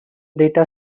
data